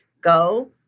go